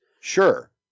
Sure